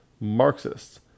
marxists